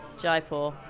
Jaipur